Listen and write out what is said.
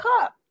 cup